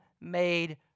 made